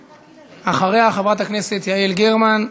אחריה, חברי הכנסת יעל גרמן,